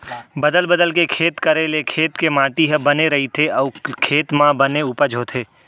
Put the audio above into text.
बदल बदल के खेत करे ले खेत के माटी ह बने रइथे अउ ओ खेत म बने उपज होथे